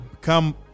come